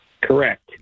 Correct